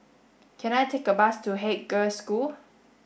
can I take a bus to Haig Girls' School